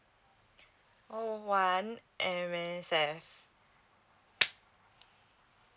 call one M_S_F